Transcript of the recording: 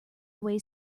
away